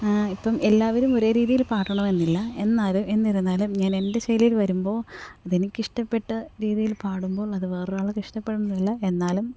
ഇപ്പം എല്ലാവരും ഒരേ രീതിയിൽ പാടണമെന്നില്ല എന്നാലും എന്നിരുന്നാലും ഞാനെൻ്റെ ശൈലിയിൽ വരുമ്പോൾ അതെനിക്കിഷ്ടപ്പെട്ട രീതിയിൽ പാടുമ്പോൾ അതു വേറൊരാൾക്ക് ഇഷ്ടപ്പെടണമെന്നില്ല എന്നാലും